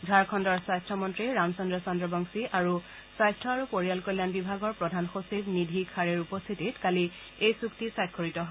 ঝাৰখণ্ডৰ স্বাস্থ্যমন্ত্ৰী ৰামচন্দ্ৰ চন্দ্ৰবংশী আৰু স্বাস্থ্য আৰু পৰিয়াল কল্যাণ বিভাগৰ প্ৰধান সচিব নিধি খাৰেৰ উপস্থিতত কালি এই চুক্তিত স্বাক্ষৰিত হয়